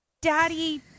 daddy